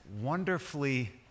wonderfully